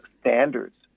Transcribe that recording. standards